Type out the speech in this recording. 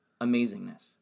amazingness